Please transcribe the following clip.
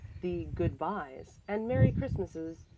the good-byes and merry christmases,